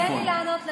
תן לי לענות לך.